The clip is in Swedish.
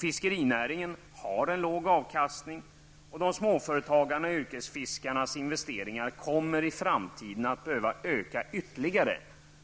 Fiskerinäringen har en låg avkastning, och småföretagarnas och yrkesfiskarnas investeringar kommer i framtiden att behöva öka ytterligare